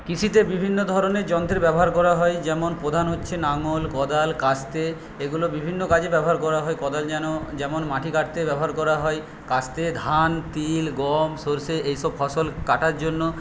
কৃষিতে বিভিন্ন ধরনের যন্ত্রের ব্যবহার করা হয় যেমন প্রধান হচ্ছে নাঙল কোদাল কাস্তে এগুলো বিভিন্ন কাজে ব্যবহার করা হয় কোদাল যেন যেমন মাটি কাটতে ব্যবহার করা হয় কাস্তে ধান তিল গম সরষে এইসব ফসল কাটার জন্য